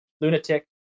lunatic